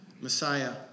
Messiah